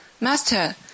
Master